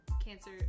cancer